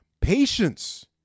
Patience